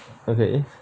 okay